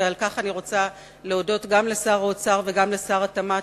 ועל כך אני רוצה להודות גם לשר האוצר וגם לשר התמ"ת,